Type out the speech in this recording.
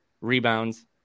rebounds